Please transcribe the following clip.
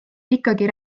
ikkagi